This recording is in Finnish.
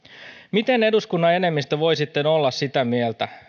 miten eduskunnan enemmistö voi sitten olla sitä mieltä